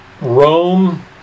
Rome